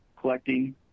collecting